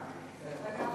התשע"ה 2014,